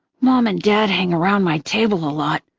mom and dad hang around my table a lot,